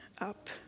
up